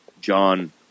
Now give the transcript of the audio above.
John